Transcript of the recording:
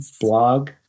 blog